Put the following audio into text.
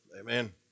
Amen